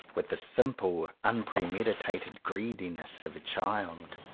with the simple unpremeditated greediness of a child.